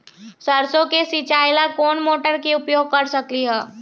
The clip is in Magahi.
सरसों के सिचाई ला कोंन मोटर के उपयोग कर सकली ह?